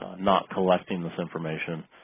not collecting this information.